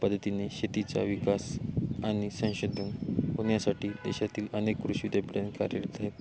पद्धतीने शेतीचा विकास आणि संशोधन होण्यासाठी देशातील अनेक कृषी विद्यापीठे कार्यरत आहेत